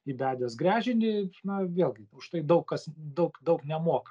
įbedęs gręžinį na vėlgi už tai daug kas daug daug nemoka